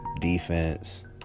defense